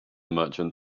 merchant